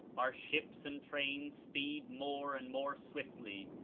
our ships and trains speed more and more swiftly,